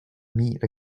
meet